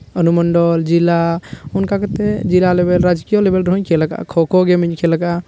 ᱚᱱᱩᱢᱚᱱᱰᱚᱞ ᱡᱮᱞᱟ ᱚᱱᱠᱟ ᱠᱟᱛᱮᱫ ᱡᱮᱞᱟ ᱞᱮᱹᱵᱮᱹᱞ ᱨᱟᱡᱽᱡᱚ ᱞᱮᱹᱵᱮᱹᱞ ᱨᱮ ᱦᱚᱧ ᱠᱷᱮᱹᱞ ᱟᱠᱟᱜᱼᱟ ᱠᱷᱳᱼᱠᱷᱳ ᱜᱮᱹᱢᱤᱧ ᱠᱷᱮᱹᱞ ᱟᱠᱟᱜᱼᱟ